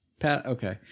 Okay